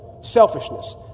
Selfishness